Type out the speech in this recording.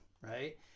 right